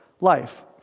life